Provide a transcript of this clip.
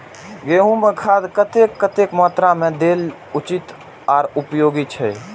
गेंहू में खाद कतेक कतेक मात्रा में देल उचित आर उपयोगी छै?